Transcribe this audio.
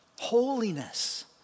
holiness